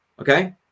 Okay